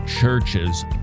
churches